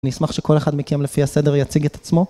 אני אשמח שכל אחד מכם לפי הסדר יציג את עצמו.